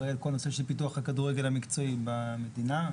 אחראי על כל נושא פיתוח הכדורגל המקצועי במדינה,